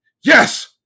yes